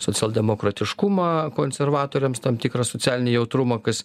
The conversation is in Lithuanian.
socialdemokratiškumą konservatoriams tam tikrą socialinį jautrumą kas